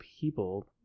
people